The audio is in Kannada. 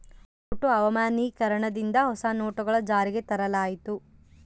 ನೋಟು ಅಮಾನ್ಯೀಕರಣ ದಿಂದ ಹೊಸ ನೋಟುಗಳು ಜಾರಿಗೆ ತರಲಾಯಿತು